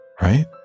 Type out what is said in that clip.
Right